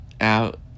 out